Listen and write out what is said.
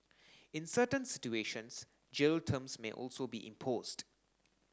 in certain situations jail terms may also be imposed